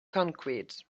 concrete